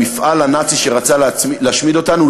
למפעל הנאצי שרצה להשמיד אותנו,